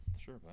sure